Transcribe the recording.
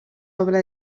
obra